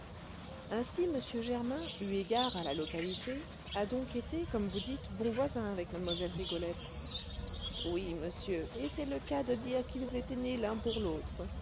ainsi m germain eu égard à la localité a donc été comme vous dites bon voisin avec mlle rigolette oui monsieur et c'est le cas de dire qu'ils étaient nés l'un pour l'autre